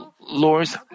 Lord's